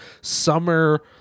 summer